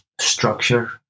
structure